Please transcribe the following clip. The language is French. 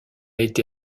été